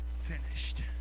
finished